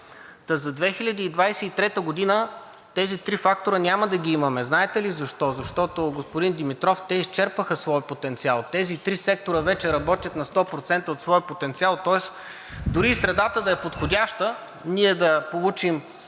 За 2023 г. тези три фактора няма да ги имаме и знаете ли защо? Защото, господин Димитров, те изчерпаха своя потенциал. Тези три сектора вече работят 100% от своя потенциал, тоест дори и средата да е подходяща ние да получим